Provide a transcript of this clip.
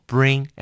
Bring